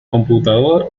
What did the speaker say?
computador